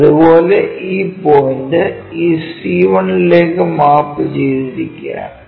അതുപോലെ ഈ പോയിന്റ് ഈ C1 ലേക്ക് മാപ്പു ചെയ്തിരിക്കുകയാണ്